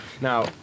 Now